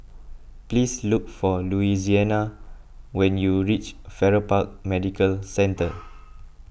please look for Louisiana when you reach Farrer Park Medical Centre